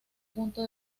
punto